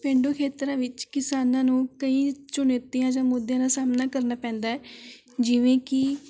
ਪੇਂਡੂ ਖੇਤਰਾਂ ਵਿੱਚ ਕਿਸਾਨਾਂ ਨੂੰ ਕਈ ਚੁਣੌਤੀਆਂ ਜਾਂ ਮੁੱਦਿਆ ਦਾ ਸਾਹਮਣਾ ਕਰਨਾ ਪੈਂਦਾ ਹੈ ਜਿਵੇਂ ਕਿ